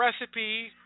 recipe